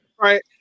Right